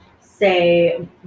say